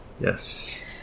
Yes